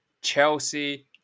Chelsea